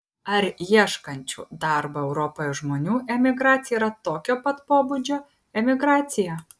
ar ieškančių darbo europoje žmonių emigracija yra tokio pat pobūdžio emigracija